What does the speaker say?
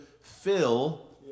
fill